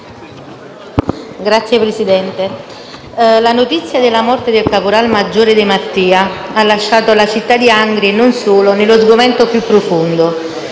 Signor Presidente, la notizia della morte del caporal maggiore De Mattia ha lasciato la città di Angri, e non solo, nello sgomento più profondo.